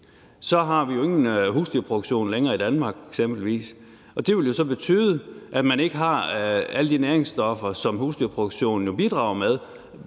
så har vi jo ingen husdyrproduktion længere i Danmark eksempelvis, og det ville jo så betyde, at man ikke har alle de næringsstoffer, som husdyrproduktionen jo bidrager med,